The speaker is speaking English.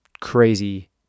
crazy